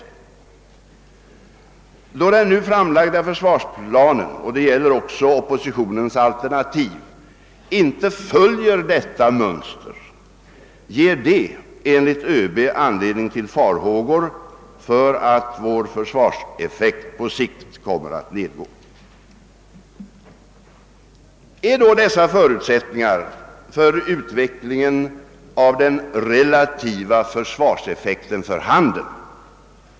Då den nu framlagda försvarsplanen — det gäller också oppositionens alternativ — inte följer detta mönster ger det enligt öB an ledning till farhågor för att vår försvarseffekt på sikt kommer att nedgå. Är då dessa förutsättningar för utvecklingen av den relativa försvarseffekten för handen?